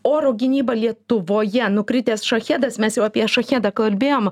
oro gynyba lietuvoje nukritęs šachedas mes jau apie šachedą kalbėjom